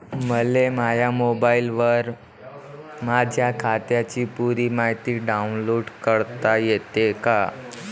मले माह्या मोबाईलवर माह्या खात्याची पुरी मायती डाऊनलोड करता येते का?